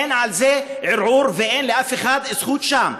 אין על זה ערעור ואין לאף אחד זכות שם,